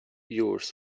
yours